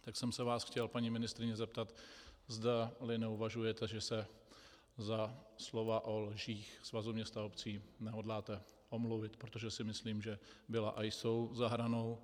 Tak jsem se vás chtěl, paní ministryně, zeptat, zda neuvažujete, že se za slova o lžích Svazu měst a obcí nehodláte omluvit, protože si myslím, že byla a jsou za hranou.